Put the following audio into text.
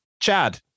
Chad